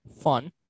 Fun